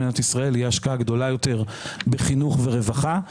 במדינת ישראל תהיה השקעה גדולה יותר בחינוך ורווחה.